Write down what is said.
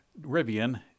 Rivian